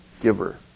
giver